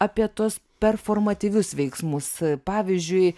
apie tuos performatyvius veiksmus pavyzdžiui